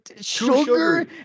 sugar